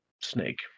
snake